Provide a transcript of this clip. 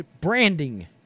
branding